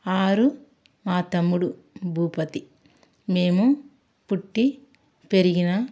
ఆరు మా తమ్ముడు భూపతి మేము పుట్టి పెరిగిన